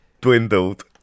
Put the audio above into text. Dwindled